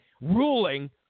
ruling